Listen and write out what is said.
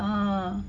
ah